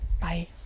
Bye